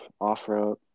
off-road